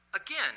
Again